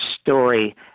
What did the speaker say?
story